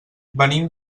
venim